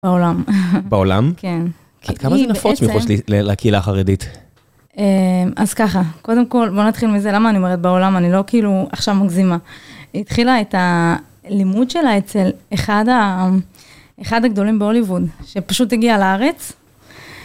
בעולם. בעולם? כן. עד כמה זה נפוץ לקהילה החרדית? אז ככה, קודם כל, בוא נתחיל מזה, למה אני אומרת בעולם, אני לא כאילו עכשיו מגזימה. התחילה את הלימוד שלה אצל אחד הגדולים בהוליווד, שפשוט הגיע לארץ.